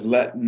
Let